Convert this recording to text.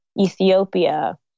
Ethiopia